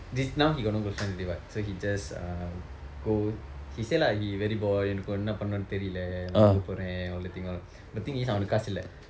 this now he got no girlfriend already what so he just um go he say lah he very bored எனக்கு என்ன பண்ண தெரியவில்லை நான் வாங்க போறேன:enakku enna panna theriyavillai naan vanka poraen all that thing all but the thing is அவனுக்கு காசு இல்லை:avanukku kaasu illai